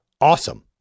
awesome